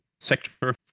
sector